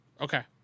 Okay